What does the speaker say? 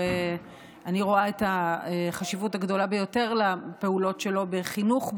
אני רואה את החשיבות הגדולה ביותר לפעולות שלו בחינוך,